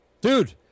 Dude